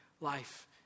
life